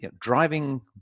driving